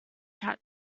cat